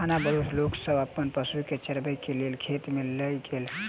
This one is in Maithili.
खानाबदोश लोक सब अपन पशु के चरबै के लेल खेत में लय गेल